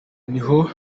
niho